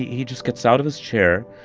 he just gets out of his chair,